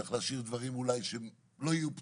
צריך אולי להשאיר דברים שלא יהיו פתורים.